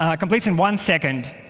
ah completes in one second